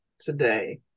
today